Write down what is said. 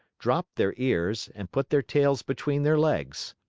dropped their ears, and put their tails between their legs.